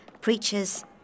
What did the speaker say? preachers